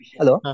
hello